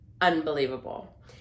unbelievable